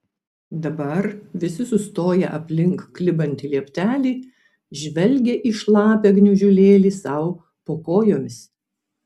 dabar visi sustoję aplink klibantį lieptelį žvelgė į šlapią gniužulėlį sau po kojomis